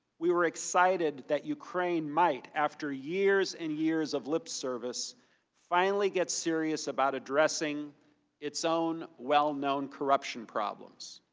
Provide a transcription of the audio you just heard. we were excited that ukraine might, after years and years of lipservice finally get serious about addressing its own well-known corruption problems.